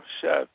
Chef